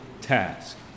task